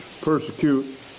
persecute